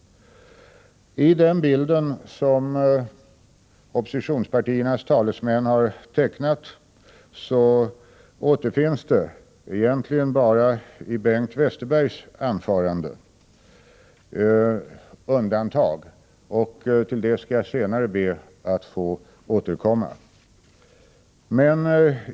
I den bild som oppositionspartiernas talesmän har tecknat återfinns undantag egentligen bara i Bengt Westerbergs anförande, och till det skall jag senare be att få återkomma.